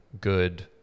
good